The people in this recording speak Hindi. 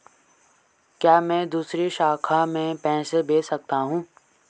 क्या मैं दूसरी शाखा में पैसे भेज सकता हूँ?